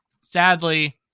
Sadly